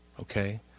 Okay